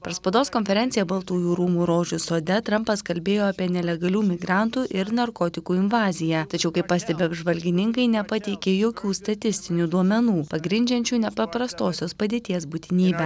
per spaudos konferenciją baltųjų rūmų rožių sode trampas kalbėjo apie nelegalių migrantų ir narkotikų invaziją tačiau kaip pastebi apžvalgininkai nepateikė jokių statistinių duomenų pagrindžiančių nepaprastosios padėties būtinybę